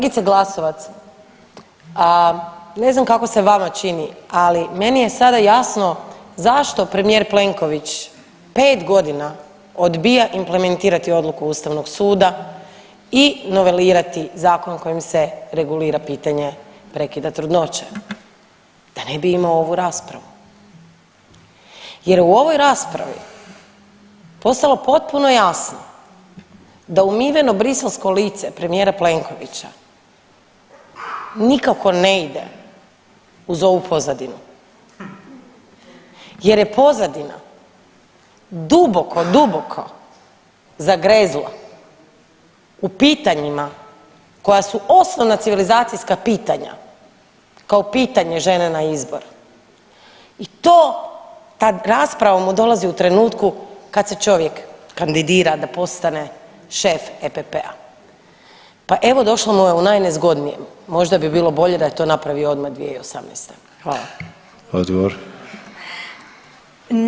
Kolegice Glasovac, ne znam kako se vama čini, ali meni je sada jasno zašto premijer Plenković 5.g. odbija implementirati odluku ustavnog suda i novelirati zakon kojim se regulira pitanje prekida trudnoće, da ne bi imao ovu raspravu jer je u ovoj raspravi postalo potpuno jasno da umiveno briselsko lice premijera Plenkovića nikako ne ide uz ovu pozadinu jer je pozadina duboko duboko zagrezla u pitanjima koja su osnovna civilizacijska pitanja kao pitanje žene na izbor i to, ta rasprava mu dolazi u trenutku kad se čovjek kandidira da postane šef EPP-a, pa evo došlo mu je u najnezgodnijem, možda bi bilo bolje da je to napravio odmah 2018., hvala.